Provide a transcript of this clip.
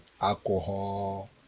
alcohol